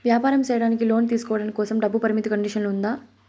వ్యాపారం సేయడానికి లోను తీసుకోవడం కోసం, డబ్బు పరిమితి కండిషన్లు ఉందా?